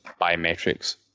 biometrics